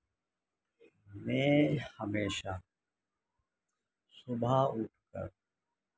میں ہمیشہ صبح اٹھ کر